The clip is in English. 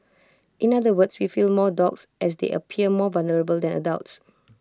in other words we feel more for dogs as they appear more vulnerable than adults